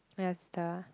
and your Sister uh